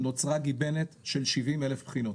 נוצרה גיבנת של 70,000 בחינות,